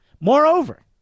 Moreover